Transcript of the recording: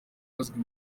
azwi